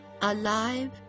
Alive